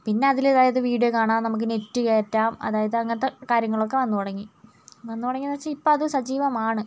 പിന്നെ അതിലിതായത് വീഡിയോ കാണാം നമുക്ക് നെറ്റ് കയറ്റാം അതായത് അങ്ങനത്തെ കാര്യങ്ങളൊക്കെ വന്നു തുടങ്ങി വന്നു തുടങ്ങിയെന്നു വച്ചാൽ ഇപ്പോൾ അത് സജീവമാണ്